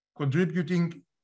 contributing